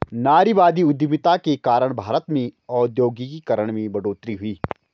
नारीवादी उधमिता के कारण भारत में औद्योगिकरण में बढ़ोतरी हुई